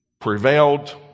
prevailed